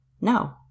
No